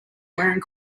wearing